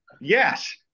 Yes